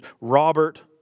Robert